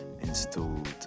installed